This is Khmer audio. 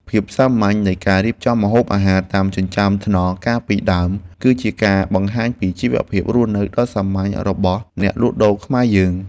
ភាពសាមញ្ញនៃការរៀបចំម្ហូបអាហារតាមចិញ្ចើមថ្នល់កាលពីដើម គឺជាការបង្ហាញពីជីវភាពរស់នៅដ៏សាមញ្ញរបស់អ្នកលក់ដូរខ្មែរយើង។